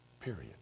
Period